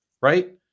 Right